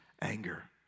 anger